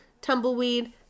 Tumbleweed